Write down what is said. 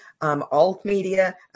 alt-media